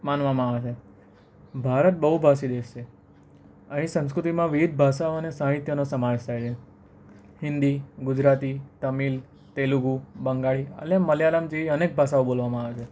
માનવામાં આવે છે ભારત બહુભાષી દેશ છે અહીં સંસ્કૃતિમાં વેદ ભાષા અને સાહિત્યનો સમાવેશ થાય છે હિન્દી ગુજરાતી તમિલ તેલુગુ બંગાળી અને મલયાલમ જેવી અનેક ભાષાઓ બોલવામાં આવે છે